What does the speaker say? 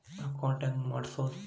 Account ಹೆಂಗ್ ಮಾಡ್ಸೋದು?